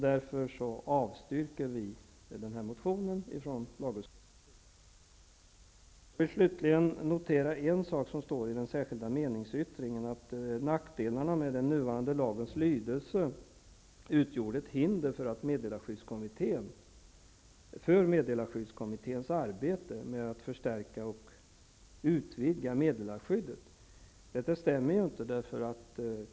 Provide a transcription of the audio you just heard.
Därför avstyrker utskottet motionen. Jag noterar slutligen en sak som står i den särskilda meningsyttringen, nämligen att nackdelarna med den nuvarande lagens lydelse belyses av att den utgjorde ett hinder i meddelarskyddskommitténs arbete med att förstärka och utvidga meddelarskyddet. Detta stämmer inte.